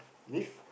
leave